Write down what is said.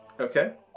Okay